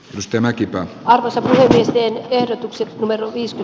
ristimäki vasat ehdotukset numerot iski